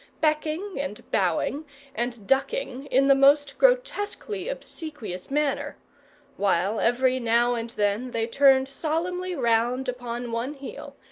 becking and bowing and ducking in the most grotesquely obsequious manner while every now and then they turned solemnly round upon one heel,